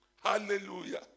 Hallelujah